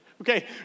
Okay